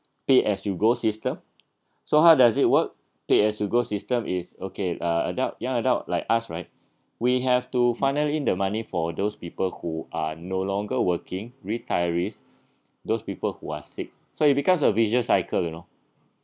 pay as you go system so how does it work pay as you go system is okay uh adult young adult like us right we have to funnel in the money for those people who are no longer working retirees those people who are sick so it becomes a vicious cycle you know